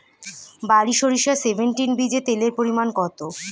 বারি সরিষা সেভেনটিন বীজে তেলের পরিমাণ কত?